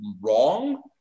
wrong